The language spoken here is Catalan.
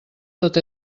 tot